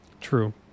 True